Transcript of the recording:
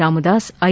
Ramdas I